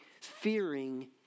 fearing